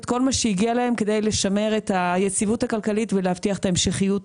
כל שהגיע להם כדי לשמר את היציבות הכלכלית ולהבטיח את ההמשכיות